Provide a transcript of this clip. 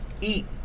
eat